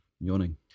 Yawning